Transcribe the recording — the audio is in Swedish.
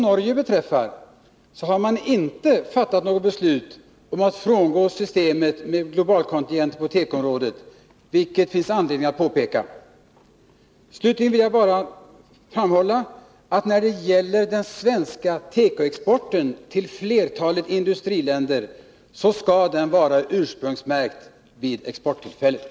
Vad beträffar Norge har man inte fattat något beslut om att frångå systemet med globalkontingent på tekoområdet, vilket det finns anledning att påpeka. Slutligen vill jag bara framhålla att den svenska tekoexporten till flertalet industriländer skall vara ursprungsmärkt vid exporttillfället.